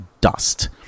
dust